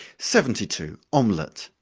seventy two. omelet.